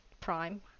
Prime